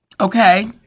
Okay